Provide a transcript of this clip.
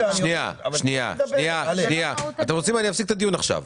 אם אתם רוצים, אני אפסיק את הדיון עכשיו.